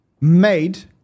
made